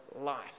life